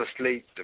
asleep